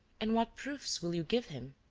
and what proofs will you give him?